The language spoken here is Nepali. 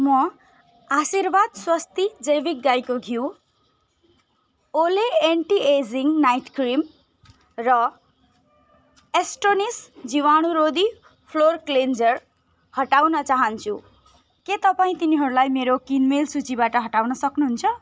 म आशिर्वाद स्वस्ती जैविक गाईको घिउ Olay anti aging night cream र एस्टोनिस जीवाणुरोधी फ्लोर क्लिन्जर हटाउन चाहन्छु के तपईँ तिनीहरूलाई मेरो किन्मेल सुचीबाट हटाउन सक्नुहुन्छ